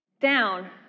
down